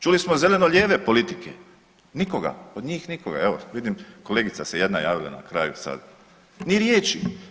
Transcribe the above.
Čuli smo zeleno-lijeve politike, nikoga, od njih nikoga, evo vidim kolegica se jedna javila na kraju sad, ni riječi.